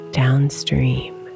downstream